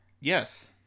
Yes